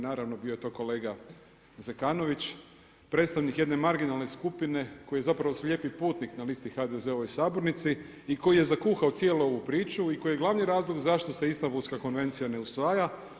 Naravno bio je to kolega Zekanović, predstavnik jedne marginalne skupine koji je zapravo slijepi putnik na listi HDZ-ovoj sabornici i koji je zakuhao cijelu ovu priču i koji je glavni razlog zašto se Istanbulska konvencija ne usvaja.